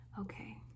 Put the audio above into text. okay